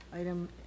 Item